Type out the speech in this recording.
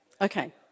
Okay